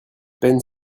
peinent